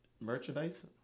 merchandise